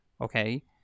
Okay